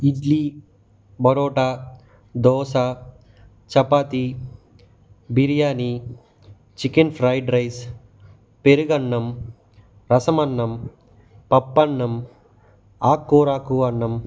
idli parotta dosa chapati biryani chicken fried rice పెరుగు అన్నం రసం అన్నం పప్పు అన్నం ఆకుకూర ఆకు అన్నం